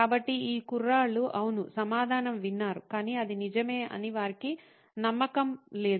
కాబట్టి ఈ కుర్రాళ్ళు అవును సమాధానం విన్నారు కాని అది నిజమే అని వారికి నమ్మకం లేదు